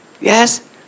Yes